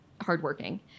hardworking